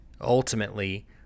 Ultimately